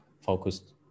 focused